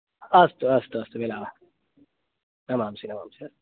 अस्तु अस्तु अस्तु मिलावः नमांसि नमांसि